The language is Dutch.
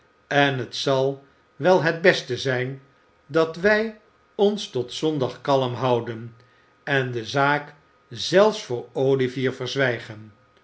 en het zal wel het beste zijn dat wij ons tot zondag kalm houden en de zaak zelfs voor olivier verzwijgen